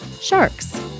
sharks